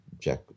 Jack